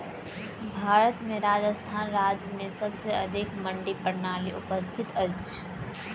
भारत में राजस्थान राज्य में सबसे अधिक मंडी प्रणाली उपस्थित अछि